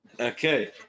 okay